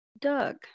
Doug